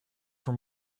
from